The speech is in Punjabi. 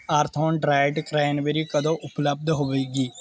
ਆਰਥੋਨ ਡ੍ਰਾਈਡ ਕਰੈਨਬੇਰੀ ਕਦੋਂ ਉਪਲਬਧ ਹੋਵੇਗੀ